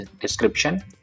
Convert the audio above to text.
description